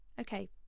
okay